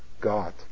God